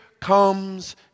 comes